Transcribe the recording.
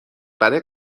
برای